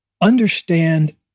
Understand